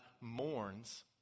mourns